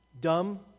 dumb